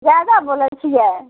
जादा बोलैत छियै